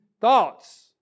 thoughts